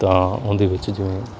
ਤਾਂ ਉਹਦੇ ਵਿੱਚ ਜੋ